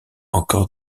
encore